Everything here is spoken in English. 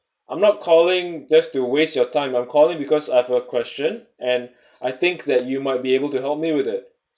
I'm not calling just to waste your time I'm calling because I have a question and I think that you might be able to help me with it